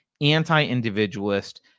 anti-individualist